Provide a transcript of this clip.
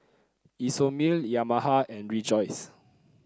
Isomil Yamaha and Rejoice